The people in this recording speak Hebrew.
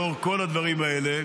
לאור כל הדברים האלה,